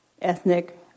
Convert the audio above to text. ethnic